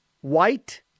white